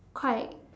quite